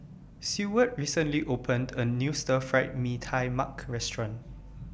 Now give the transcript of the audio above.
Seward recently opened A New Stir Fried Mee Tai Mak Restaurant